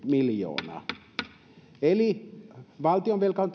miljoonaa eli valtionvelka on